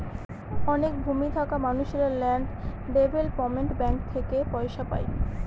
অনেক ভূমি থাকা মানুষেরা ল্যান্ড ডেভেলপমেন্ট ব্যাঙ্ক থেকে পয়সা পায়